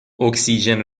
اکسیژن